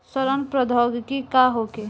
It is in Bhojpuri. सड़न प्रधौगकी का होखे?